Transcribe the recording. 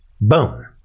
boom